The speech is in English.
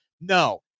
No